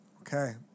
Okay